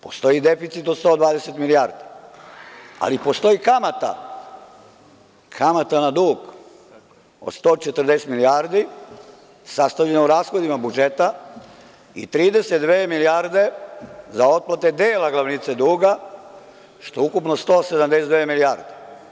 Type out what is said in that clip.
Postoji deficit od 120 milijardi, ali postoji kamata na dug od 140 milijardi, sastavljena u rashodima budžeta i 32 milijarde za otplate dela glavnice duga, što je ukupno 192 milijarde.